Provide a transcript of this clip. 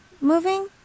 moving